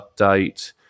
update